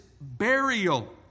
burial